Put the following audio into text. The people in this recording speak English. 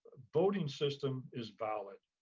voting system is valid.